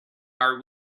are